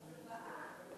לכתוב צוואה.